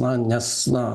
na nes na